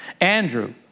Andrew